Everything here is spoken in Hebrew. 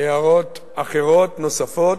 הערות אחרות, נוספות.